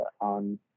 on